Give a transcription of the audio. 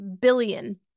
billion